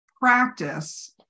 practice